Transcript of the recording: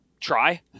try